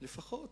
לפחות